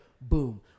Boom